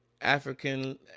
African